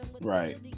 Right